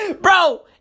Bro